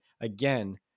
Again